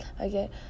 okay